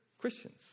Christians